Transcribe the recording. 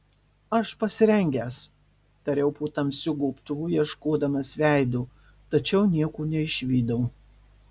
aš pasirengęs tariau po tamsiu gobtuvu ieškodamas veido tačiau nieko neišvydau